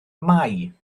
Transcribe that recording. mai